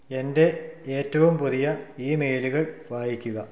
എന്റെ ഏറ്റവും പുതിയ ഈമെയിലുകള് വായിക്കുക